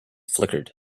flickered